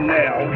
now